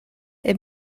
est